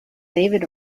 david